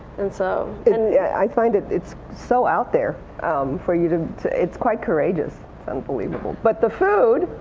and so and yeah i find it's so out there for you to to it's quite courageous, it's unbelievable. but the food,